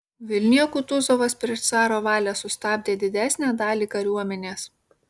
vilniuje kutuzovas prieš caro valią sustabdė didesnę dalį kariuomenės